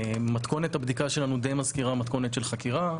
מתכונת הבדיקה שלנו דיי מזכירה מתכונת של חקירה.